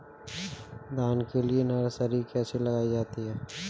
धान के लिए नर्सरी कैसे लगाई जाती है?